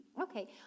okay